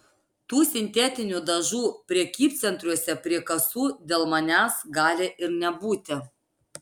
tų sintetinių dažų prekybcentriuose prie kasų dėl manęs gali ir nebūti